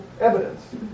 evidence